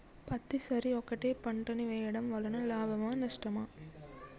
పత్తి సరి ఒకటే పంట ని వేయడం వలన లాభమా నష్టమా?